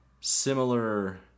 similar